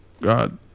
God